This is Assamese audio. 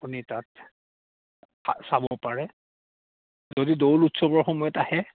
আপুনি তাত চাব পাৰে যদি দৌল উৎসৱৰ সময়ত আহে